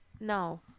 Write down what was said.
No